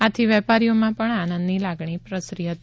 આથી વેપારીઓમાં પણ આનંદની લાગણી પ્રસરી હતી